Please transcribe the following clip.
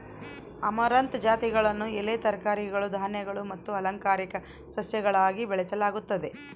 amaranth ಜಾತಿಗಳನ್ನು ಎಲೆ ತರಕಾರಿಗಳು ಧಾನ್ಯಗಳು ಮತ್ತು ಅಲಂಕಾರಿಕ ಸಸ್ಯಗಳಾಗಿ ಬೆಳೆಸಲಾಗುತ್ತದೆ